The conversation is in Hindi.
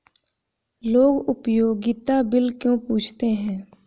लोग उपयोगिता बिल क्यों पूछते हैं?